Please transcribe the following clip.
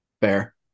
Fair